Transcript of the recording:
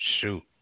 Shoot